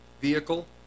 vehicle